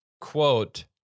Quote